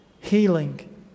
healing